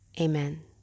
Amen